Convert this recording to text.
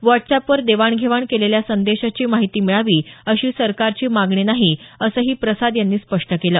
व्हॉट्सअॅपवर देवाण घेवाण केलेल्या संदेशाची माहिती मिळावी अशी सरकारची मागणी नाही असंही प्रसाद यांनी स्पष्ट केलं